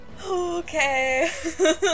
okay